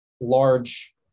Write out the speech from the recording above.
large